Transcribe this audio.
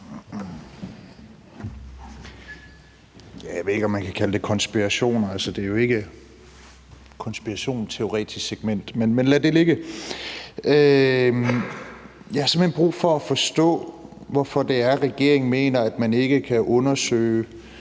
Jeg ved ikke, om man kan kalde det konspirationer. Det er jo ikke et konspirationsteoretisk segment, men lad det ligge. Jeg har simpelt hen brug for at forstå, hvorfor det er, regeringen mener, at man ikke med den